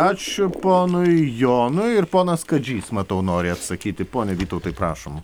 ačiū ponui jonui ir ponas kadžys matau nori atsakyti pone vytautai prašom